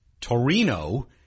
Torino